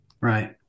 Right